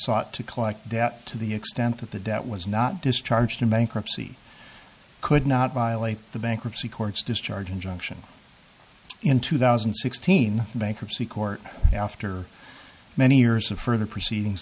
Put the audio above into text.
sought to collect debt to the extent that the debt was not discharged in bankruptcy could not violate the bankruptcy courts discharge injunction in two thousand and sixteen bankruptcy court after many years of further proceedings